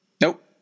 nope